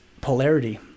polarity